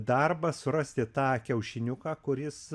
darbas surasti tą kiaušiniuką kuris